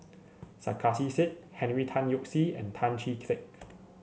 Sarkasi Said Henry Tan Yoke See and Tan Chee Teck